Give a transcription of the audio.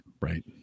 right